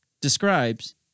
describes